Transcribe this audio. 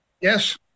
Yes